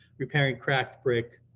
repairing cracked brick,